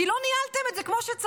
כי לא ניהלתם את זה כמו שצריך,